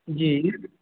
जी